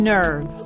Nerve